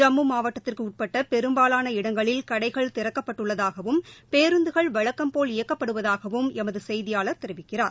ஜம்மு மாவட்டத்திற்குப்பட்ட பெரும்பாவான இடங்களில் கடைகள் திறக்கப்பட்டுள்ளதாகவும் பேருந்துகள் வழக்கம் போல் இயக்கப்படுவதாகவும் எமது செய்தியாளர் தெரிவிக்கிறார்